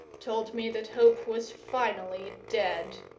told me that hope was finally dead.